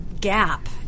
gap